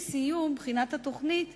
עם סיום בחינת התוכנית